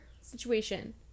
situation